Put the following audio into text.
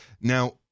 Now